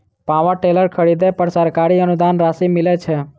Power tiller खरीदे पर सरकारी अनुदान राशि मिलय छैय?